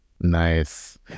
nice